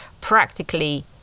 practically